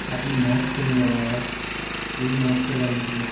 आप ने मास्क क्यों नहीं लगाया यार प्लीज मास्क लगा लीजिए